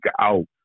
out